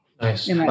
Nice